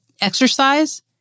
exercise